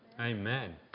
Amen